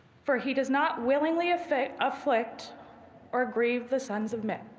for he does not willingly afflict afflict or grieve the sons of man.